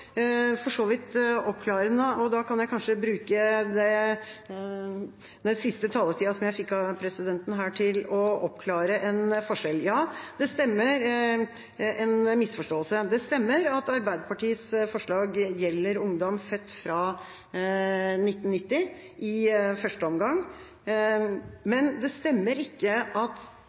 for så vidt oppklarende, og da kan jeg kanskje bruke den siste taletida jeg fikk av presidenten her, til å oppklare en misforståelse. Ja, det stemmer at Arbeiderpartiets forslag gjelder ungdom født etter 1990 i første omgang, men det stemmer ikke at